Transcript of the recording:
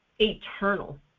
Eternal